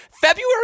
February –